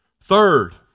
Third